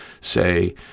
say